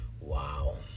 Wow